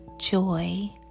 joy